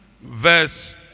verse